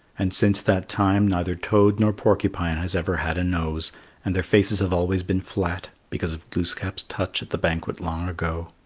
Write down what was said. and since that time neither toad nor porcupine has ever had a nose and their faces have always been flat because of glooskap's touch at the banquet long ago.